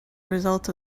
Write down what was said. result